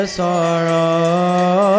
sorrow